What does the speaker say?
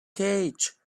cage